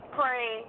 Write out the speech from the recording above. pray